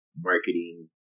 marketing